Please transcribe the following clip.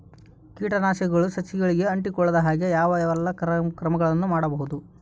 ಕೇಟನಾಶಕಗಳು ಸಸಿಗಳಿಗೆ ಅಂಟಿಕೊಳ್ಳದ ಹಾಗೆ ಯಾವ ಎಲ್ಲಾ ಕ್ರಮಗಳು ಮಾಡಬಹುದು?